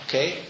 Okay